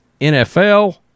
NFL